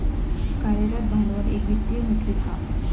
कार्यरत भांडवल एक वित्तीय मेट्रीक हा